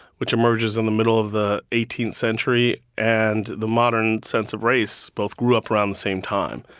which emerges in the middle of the eighteenth century, and the modern sense of race both grew up around the same time.